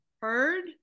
heard